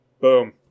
Boom